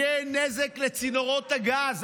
יהיה נזק לצינורות הגז.